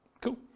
Cool